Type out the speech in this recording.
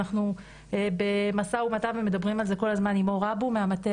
אנחנו במשא ומתן ומדברים על זה כל הזמן עם אור אבו מהמטה,